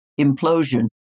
implosion